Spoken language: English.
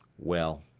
well,